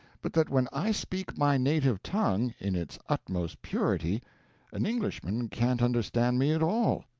but that when i speak my native tongue in its utmost purity an englishman can't understand me at all.